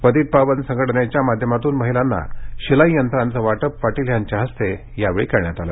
पतित पावन संघटनेच्या माध्यमातून महिलांना शिलाई यंत्रांचं वाटप पाटील यांच्या हस्ते यावेळी करण्यात आलं